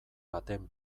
baten